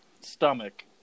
stomach